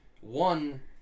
one